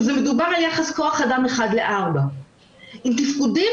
מדובר על יחס כוח אדם 1:4. עם תפקודים